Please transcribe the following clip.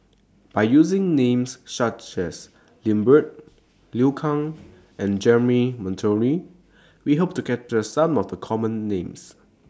By using Names such as Lambert Liu Kang and Jeremy Monteiro We Hope to capture Some of The Common Names